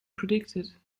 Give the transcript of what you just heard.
predicted